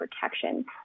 protection